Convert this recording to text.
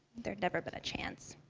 there'd never been a chance.